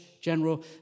general